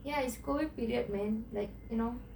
ya it's COVID period man you know